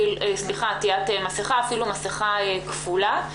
אפילו מסכה כפולה.